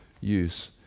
use